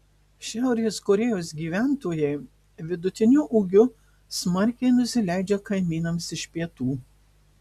šiaurės korėjos gyventojai vidutiniu ūgiu smarkiai nusileidžia kaimynams iš pietų